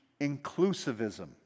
inclusivism